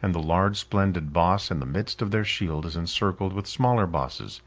and the large splendid boss in the midst of their shield is encircled with smaller bosses,